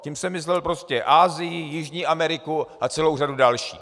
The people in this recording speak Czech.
Tím jsem myslel prostě Asii, Jižní Ameriku a celou řadu dalších.